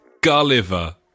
Gulliver